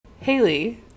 Haley